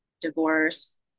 divorce